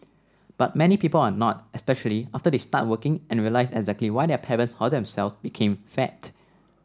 but many people are not especially after they start working and realise exactly why their parents or themselves became fat